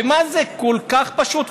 וזה כל כך פשוט,